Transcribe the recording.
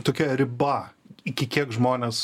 tokia riba iki kiek žmonės